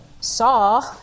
Saw